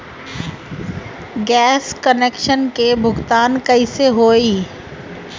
Gas connection के भुगतान कैसे होइ?